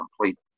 complete